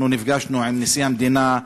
אנחנו נפגשנו עם נשיא המדינה,